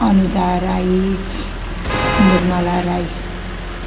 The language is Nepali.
अनुजा राई निर्मला राई